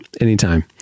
anytime